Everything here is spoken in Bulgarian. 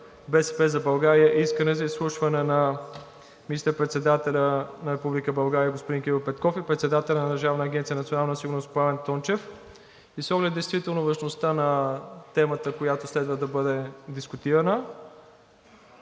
„БСП за България“ искане за изслушване на министър-председателя на Република България господин Кирил Петков и председателя на Държавна агенция „Национална сигурност“ Пламен Тончев и с оглед действително важността на темата, която следва да бъде дискутирана,